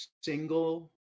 single